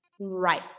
right